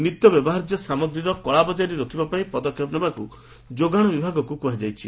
ନିତ୍ୟ ବ୍ୟବହାର୍ଯ୍ୟ ସାମଗ୍ରୀର କଳାବଜାରୀ ରୋକିବାପାଇଁ ପଦକ୍ଷେପ ନେବାକୁ ଯୋଗାଣ ବିଭାଗକୁ କୁହାଯାଇଛି